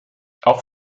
auch